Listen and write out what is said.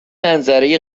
منظره